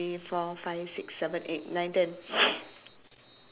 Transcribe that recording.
S H O P and then inside the wall it's like blue and then white